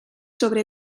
sobre